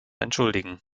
entschuldigen